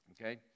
Okay